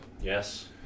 Yes